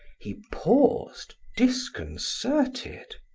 he paused, disconcerted.